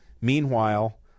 Meanwhile